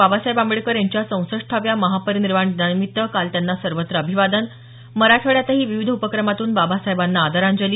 बाबासाहेब आंबेडकर यांच्या चौसष्टाव्या महापरिनिर्वाण दिनानिमित्त काल त्यांना सर्वत्र अभिवादन मराठवाड्यातही विविध उपक्रमातून बाबासाहेबांना आदरांजली